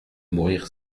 mourir